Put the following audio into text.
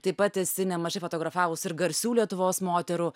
taip pat esi nemažai fotografavus ir garsių lietuvos moterų